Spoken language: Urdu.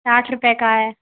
ساٹھ روپئے کا ہے